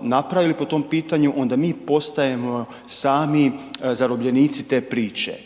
napravili po tom pitanju, onda mi postajemo sami zarobljenici te priče.